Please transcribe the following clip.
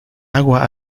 agua